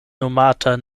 nomata